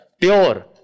pure